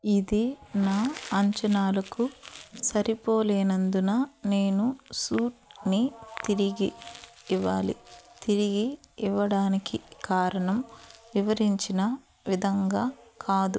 ఇది నా అంచనాలకు సరిపోలేనందున నేను సూట్ని తిరిగి ఇవ్వాలి తిరిగి ఇవ్వడానికి కారణం వివరించిన విధంగా కాదు